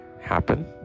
happen